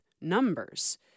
numbers